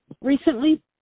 recently